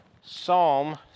Psalm